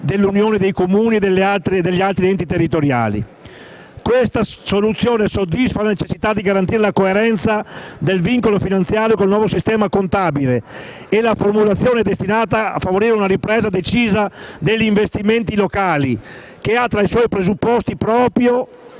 dell'Unione dei Comuni e degli altri enti territoriali. È questa una soluzione che soddisfa la necessità di garantire la coerenza del vincolo finanziario con il nuovo sistema contabile e la formulazione è destinata a favorire una decisa ripresa degli investimenti locali, che ha tra i suoi presupposti proprio